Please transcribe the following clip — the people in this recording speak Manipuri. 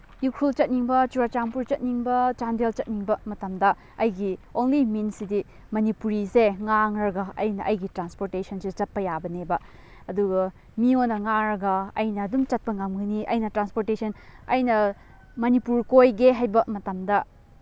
ꯎꯈ꯭ꯔꯨꯜ ꯆꯠꯅꯤꯡꯕ ꯆꯨꯔꯆꯥꯟꯄꯨꯔ ꯆꯠꯅꯤꯡꯕ ꯆꯥꯟꯗꯦꯜ ꯆꯠꯅꯤꯡꯕ ꯃꯇꯝꯗ ꯑꯩꯒꯤ ꯑꯣꯡꯂꯤ ꯃꯤꯟꯁꯁꯤꯗꯤ ꯃꯅꯤꯄꯨꯔꯤꯁꯦ ꯉꯥꯡꯂꯒ ꯑꯩꯅ ꯑꯩꯒꯤ ꯇ꯭ꯔꯥꯟꯁꯄꯣꯔꯇꯦꯁꯟꯁꯦ ꯆꯠꯄ ꯌꯥꯕꯅꯦꯕ ꯑꯗꯨꯒ ꯃꯤꯉꯣꯟꯗ ꯉꯥꯡꯂꯒ ꯑꯩꯅ ꯑꯗꯨꯝ ꯆꯠꯄ ꯉꯝꯒꯅꯤ ꯑꯩꯅ ꯇ꯭ꯔꯥꯟꯁꯄꯣꯔꯇꯦꯁꯟ ꯑꯩꯅ ꯃꯅꯤꯄꯨꯔ ꯀꯣꯏꯒꯦ ꯍꯥꯏꯕ ꯃꯇꯝꯗ